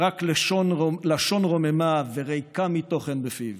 ורק לשון רוממה וריקה מתוכן בפיו.